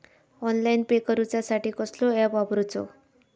Online pay करूचा साठी कसलो ऍप वापरूचो?